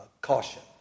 caution